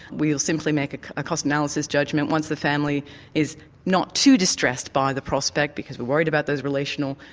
we'll simply make a cost analysis judgment once the family is not too distressed by the prospect, because we're worried about those relational,